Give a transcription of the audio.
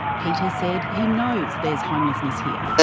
peter said he knows there's homelessness here.